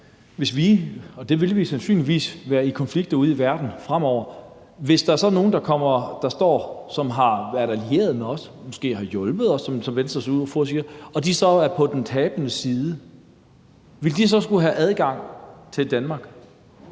fremover, og det vil vi sandsynligvis være, og hvis der er nogle, der har været allieret med os, måske har hjulpet os, som Venstres ordfører siger, og de så er på den tabende side, vil de så skulle have adgang til Danmark?